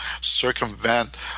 circumvent